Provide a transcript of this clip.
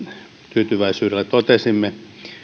tyytyväisyydellä totesimme